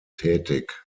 tätig